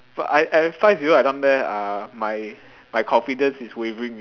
but I at five zero I down there uh my my confidence is wavering